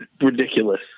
ridiculous